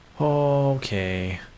Okay